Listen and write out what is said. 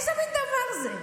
איזה מין דבר זה?